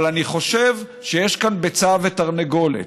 אבל אני חושב שיש כאן ביצה ותרנגולת.